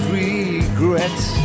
regrets